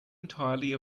entirely